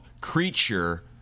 Creature